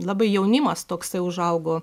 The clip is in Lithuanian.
labai jaunimas toksai užaugo